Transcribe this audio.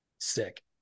Sick